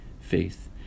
faith